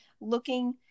looking